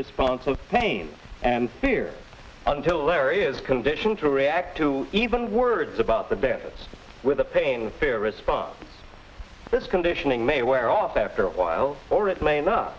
response of pain and fear until there is conditioned to react to even words about the benefits with the pain fear response this conditioning may wear off after a while or it may end up